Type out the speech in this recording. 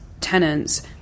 tenants